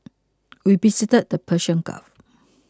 we visited the Persian Gulf